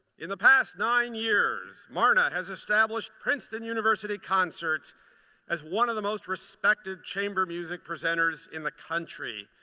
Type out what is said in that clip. in the past nine years, marna has established princeton university concerts as one of the most respected chamber music presenters in the country.